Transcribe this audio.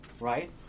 Right